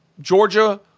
Georgia